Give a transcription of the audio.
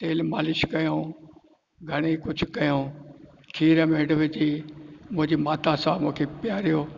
तेल मालिश कयूं घणे ई कुझु कयूं खीर में हैडु विझी मुंहिंजी माता सां मूंखे पियारियो